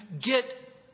get